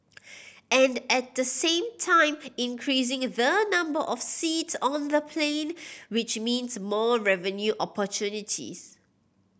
and at the same time increasing the number of seats on the plane which means more revenue opportunities